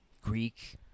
Greek